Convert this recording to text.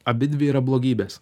abidvi yra blogybės